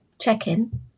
check-in